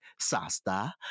Sasta